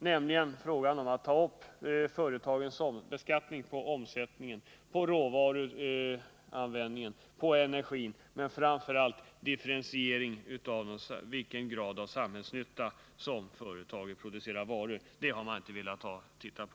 Där föreslogs att företagen skulle beskattas på omsättningen, på råvaruanvändningen och på energianvändningen, och framför allt föreslogs en differentiering med hänsyn till graden av samhällsnyttan hos de varor företagen producerar. Det har man inte velat titta på.